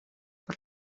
per